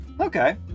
Okay